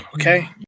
okay